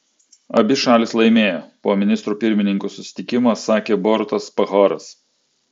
abi šalys laimėjo po ministrų pirmininkų susitikimo sakė borutas pahoras